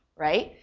right?